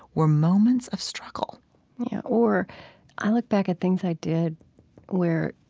were moments of struggle or i look back at things i did where,